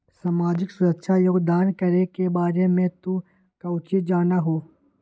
सामाजिक सुरक्षा योगदान करे के बारे में तू काउची जाना हुँ?